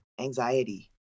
anxiety